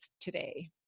today